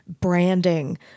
branding